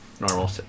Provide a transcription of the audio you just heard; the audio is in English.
normal